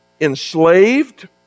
enslaved